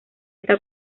está